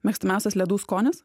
mėgstamiausias ledų skonis